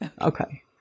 Okay